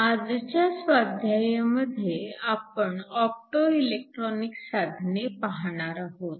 आजच्या स्वाध्यायामध्ये आपण ऑप्टो इलेक्ट्रॉनिक साधने पाहणार आहोत